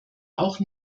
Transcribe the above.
auch